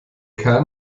kerl